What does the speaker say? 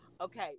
okay